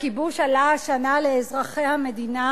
הכיבוש עלה השנה לאזרחי המדינה